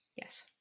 Yes